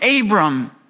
Abram